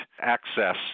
access